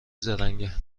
زرنگه